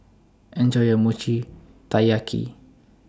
Enjoy your Mochi Taiyaki